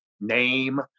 name